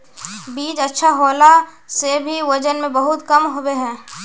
बीज अच्छा होला से भी वजन में बहुत कम होबे है?